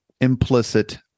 implicit